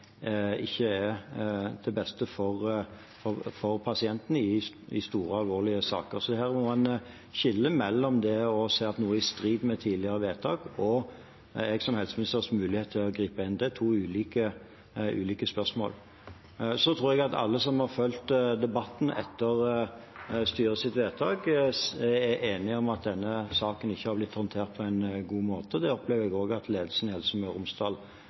ikke er til beste for pasientene i store, alvorlige saker. Her må man skille mellom det å se at noe er i strid med tidligere vedtak, og min mulighet som helseminister til å gripe inn. Det er to ulike spørsmål. Jeg tror alle som har fulgt debatten etter styrets vedtak, er enige om at denne saken ikke har blitt håndtert på en god måte. Det opplever jeg også at ledelsen i Helse Møre og Romsdal